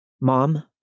Mom